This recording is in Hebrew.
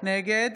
נגד